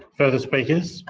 further speakers?